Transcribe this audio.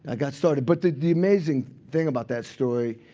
ah got started. but the the amazing thing about that story,